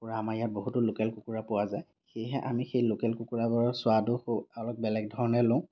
কুকুৰা আমাৰ ইয়াত বহুতো লোকেল কুকুৰা পোৱা যায় সেয়েহে আমি সেই লোকেল কুকুৰাবোৰৰ স্বাদো অলপ বেলেগ ধৰণে লওঁ